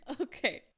Okay